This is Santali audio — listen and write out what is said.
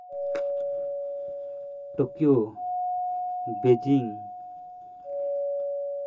Tokyo Beijing